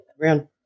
round